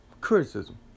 criticism